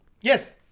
Yes